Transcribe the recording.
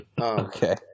Okay